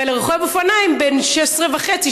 ולרוכב אופניים בן 16.5,